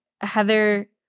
Heather